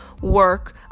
work